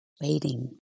Waiting